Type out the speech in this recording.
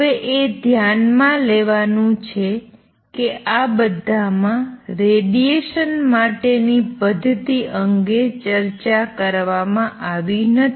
હવે એ ધ્યાન માં લેવાનું છે કે આ બધામાં રેડિએશન માટેની પદ્ધતિ અંગે ચર્ચા કરવામાં આવી નથી